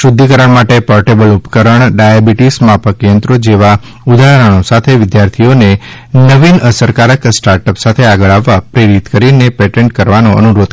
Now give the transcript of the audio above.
શુદ્ધિકરણ માટે પોર્ટેબલ ઉપકરણ ડાયાબીટીસ માપક યંત્રો જેવા ઉદાહરણો સાથે વિદ્યાર્થીઓને નવીન અસરકારક સ્ટાર્ટઅપ સાથે આગળ આવવા પ્રેરીત કરીને પેટન્ટ કરાવવાનો અનુરોધ કર્યો હતો